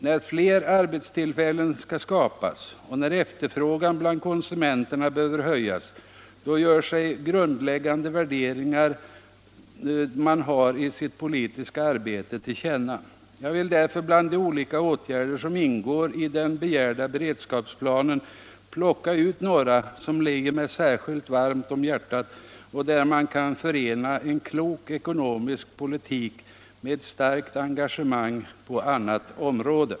När fler arbetstillfällen skall skapas och när efterfrågan bland konsumenterna behöver höjas, då gör sig de grundläggande värderingarna man har i sitt politiska arbete till känna. Jag vill därför bland de olika åtgärder som ingår i den begärda beredskapsplanen plocka ut några som ligger mig särskilt varmt om hjärtat och där man kan förena klok ekonomisk politik med starkt engagemang på annat område.